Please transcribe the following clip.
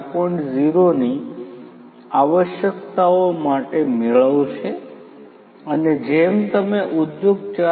0 ની આવશ્યકતાઓ માટે મેળવશે અને જેમ તમે ઉદ્યોગ 4